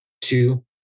Two